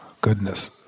goodness